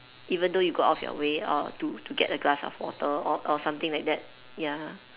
even though you got off your way uh to to get a glass of water or or something like that ya